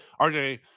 RJ